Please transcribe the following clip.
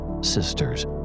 sisters